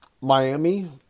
Miami